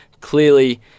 Clearly